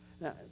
Now